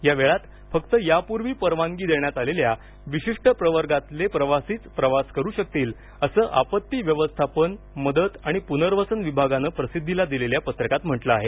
या वेळात फक्त यापूर्वी परवानगी देण्यात आलेल्या विशिष्ट प्रवर्गातील प्रवासी प्रवास करू शकतील असं आपत्ती व्यवस्थापन मदत आणि पुनर्वसन विभागानं प्रसिद्धीस दिलेल्या पत्रकात म्हटलं आहे